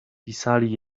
pisali